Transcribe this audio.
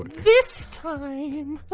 this time.